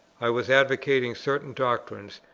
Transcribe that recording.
i was advocating certain doctrines,